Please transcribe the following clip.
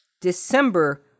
December